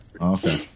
Okay